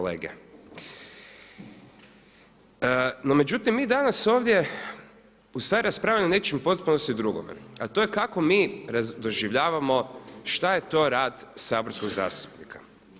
No međutim, mi danas ovdje u stvari raspravljamo u potpunosti drugome, a to je kako mi doživljavamo šta je to rad saborskog zastupnika.